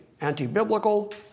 anti-biblical